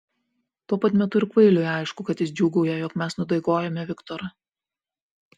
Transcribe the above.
tuo pat metu ir kvailiui aišku kad jis džiūgauja jog mes nudaigojome viktorą